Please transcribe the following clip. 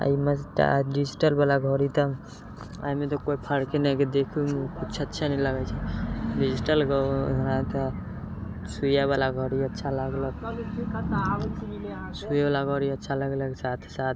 आओर ई डिजिटलवला घड़ी एकदम एहिमे तऽ कोइ फरके नहि कि देखू तऽ किछु अच्छे नहि लागै छै डिजिटल सुइआवला घड़ी अच्छा लागलक सुइआवला घड़ी अच्छा लगलक साथ साथ